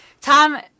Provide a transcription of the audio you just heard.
Tom